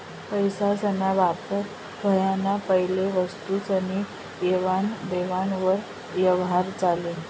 पैसासना वापर व्हवाना पैले वस्तुसनी लेवान देवान वर यवहार चाले